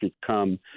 become